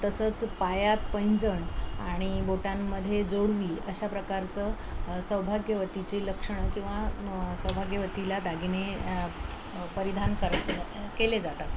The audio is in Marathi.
तसंच पायात पैंजण आणि बोटांमध्ये जोडवी अशा प्रकारचं सौभाग्यवतीची लक्षणं किंवा म् सौभाग्यवतीला दागिने परिधान करत केले जातात